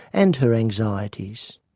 and her anxieties.